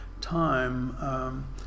time